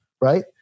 right